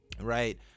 Right